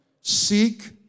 Seek